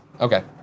Okay